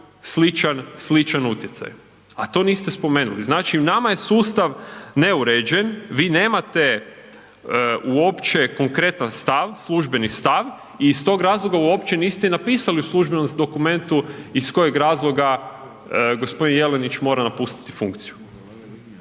ostvaruju sličan utjecaj, a to niste spomenuli. Znači, nama je sustav neuređen, vi nemate uopće konkretan stav, službeni stav i iz tog razloga uopće niste napisali u službenom dokumentu iz kojeg razloga gospodin Jelenić mora napustiti funkciju.